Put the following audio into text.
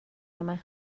yma